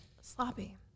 Sloppy